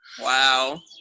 wow